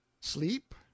Sleep